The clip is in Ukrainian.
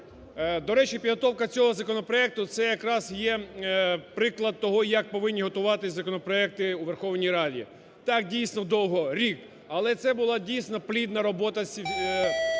до речі, підготовка цього законопроекту – це якраз є приклад того, як повинні готуватись законопроекти у Верховній Раді. Так, дійсно, довго – рік. Але це була, дійсно, плідна робота